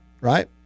right